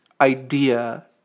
idea